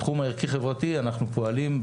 בתחום הערכי-חברתי אנחנו פועלים,